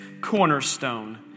cornerstone